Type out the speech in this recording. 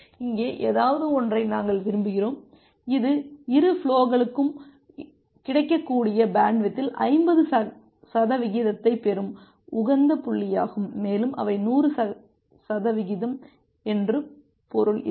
இங்கே ஏதாவது ஒன்றை நாங்கள் விரும்புகிறோம் இது இரு ஃபுலேகளும் கிடைக்கக்கூடிய பேண்ட்வித்தில் 50 சதவிகிதத்தைப் பெறும் உகந்த புள்ளியாகும் மேலும் அவை 100 சதவிகிதம் என்று பொருள் இருக்கும்